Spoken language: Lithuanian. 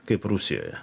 kaip rusijoje